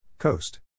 Coast